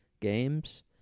games